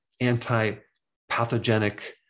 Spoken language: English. anti-pathogenic